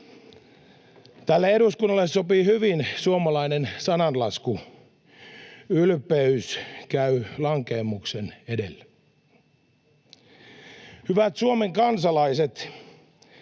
Tälle eduskunnalle sopii hyvin suomalainen sananlasku ”ylpeys käy lankeemuksen edellä”. Hyvät Suomen kansalaiset,